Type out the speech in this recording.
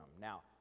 Now